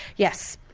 yes.